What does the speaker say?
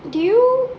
do you